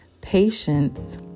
patience